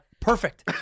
perfect